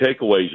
takeaways